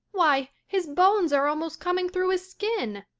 why, his bones are almost coming through his skin.